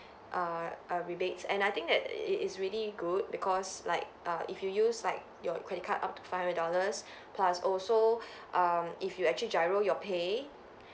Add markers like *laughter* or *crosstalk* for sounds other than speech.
*breath* uh uh rebates and I think that it is really good because like err if you use like your credit card up to five hundred dollars plus also *breath* um if you actually GIRO your pay